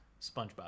SpongeBob